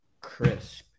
crisp